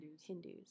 Hindus